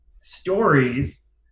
stories